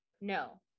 no